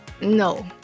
no